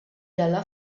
dalla